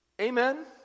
Amen